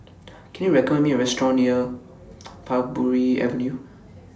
Can YOU recommend Me A Restaurant near Parbury Avenue